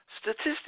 statistics